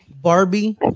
Barbie